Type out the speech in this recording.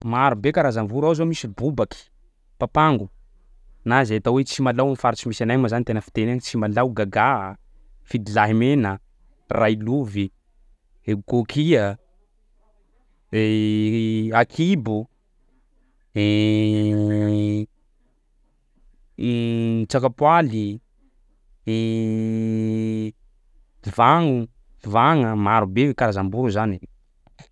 Marobe karazany voro: ao zao misy bobaky, papango na zay atao hoe tsimalaho am'faritsy misy anay agny moa zany tena fiteny agny tsimalaho, gàgà, fidilahimena, railovy, gôkia, akibo, tsakapoaly, vagno, vagna. Marobe karazam-boro zany e.